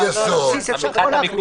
על יסוד.